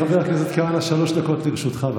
חבר הכנסת כהנא, שלוש דקות לרשותך.